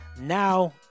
Now